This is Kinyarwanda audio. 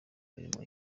mirimo